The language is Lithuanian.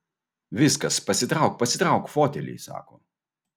viskas pasitrauk pasitrauk fotelį sako